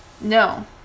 No